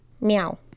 Meow